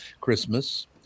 Christmas